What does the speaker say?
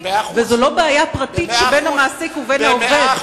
וזו לא בעיה פרטית שבין המעסיק לבין העובד.